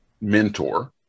mentor